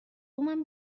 بومم